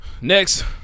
Next